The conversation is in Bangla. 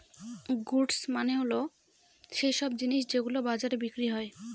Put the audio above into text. গুডস মানে হল সৈইসব জিনিস যেগুলো বাজারে বিক্রি হয়